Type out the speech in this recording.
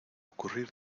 ocurrir